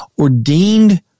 ordained